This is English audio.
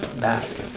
back